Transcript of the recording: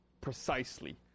precisely